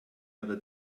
other